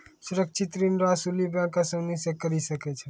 सुरक्षित ऋण रो असुली बैंक आसानी से करी सकै छै